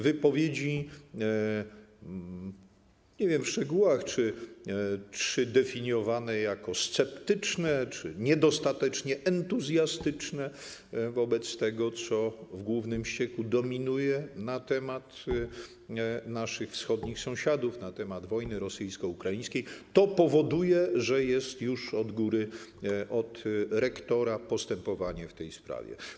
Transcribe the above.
Wypowiedzi, nie wiem w szczegółach, czy definiowane jako sceptyczne, czy definiowane jako niedostatecznie entuzjastyczne wobec tego, co w głównym ścieku dominuje na temat naszych wschodnich sąsiadów, na temat wojny rosyjsko-ukraińskiej, powodują, że jest już prowadzone od góry, od rektora postępowanie w tej sprawie.